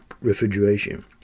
refrigeration